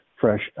fresh